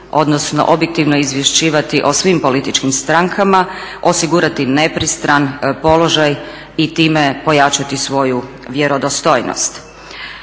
odnosno objektivno izvješćivati o svim političkim strankama, osigurati nepristran položaj i time pojačati svoju vjerodostojnost.